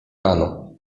rano